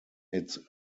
its